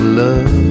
love